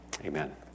Amen